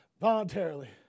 voluntarily